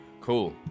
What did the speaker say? Cool